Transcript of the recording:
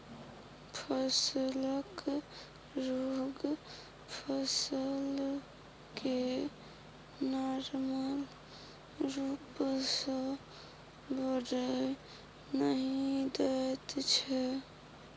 फसलक रोग फसल केँ नार्मल रुप सँ बढ़य नहि दैत छै